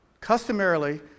customarily